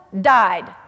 died